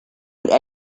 would